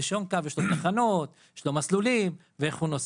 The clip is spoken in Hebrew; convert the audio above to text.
ברישיון הקו יש תחנות, יש מסלולים, ואיך הוא נוסע.